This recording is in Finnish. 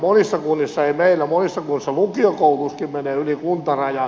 monissa kunnissa ei meillä lukiokoulutuskin menee yli kuntarajan